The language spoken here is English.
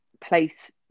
place